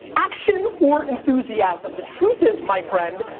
action or enthusiasm? the truth is, my friend,